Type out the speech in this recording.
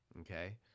okay